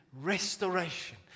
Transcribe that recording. restoration